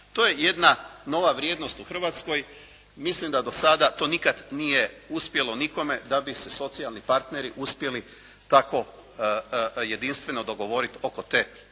To je jedna nova vrijednost u Hrvatskoj. Mislim da do sada to nikad nije uspjelo nikome da bi se socijalni partneri uspjeli tako jedinstveno dogovoriti oko te razine